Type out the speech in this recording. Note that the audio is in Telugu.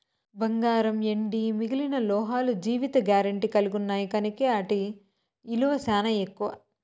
బంగారం, ఎండి మిగిలిన లోహాలు జీవిత గారెంటీ కలిగిన్నాయి కనుకే ఆటి ఇలువ సానా ఎక్కువ